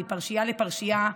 מפרשייה לפרשייה.